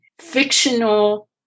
fictional